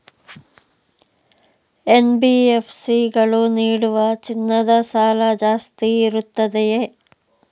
NBFC ಗಳು ನೀಡುವ ಚಿನ್ನದ ಸಾಲ ಜಾಸ್ತಿ ಇರುತ್ತದೆಯೇ?